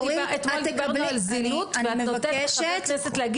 אני רוצה להתייחס לזילות כשאומרים: